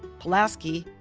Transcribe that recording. pulaski,